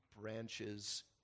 branches